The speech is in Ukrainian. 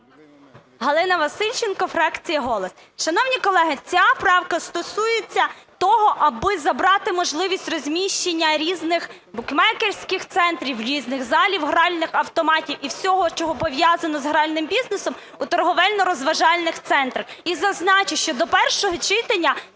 Галина Васильченко, фракція "Голос".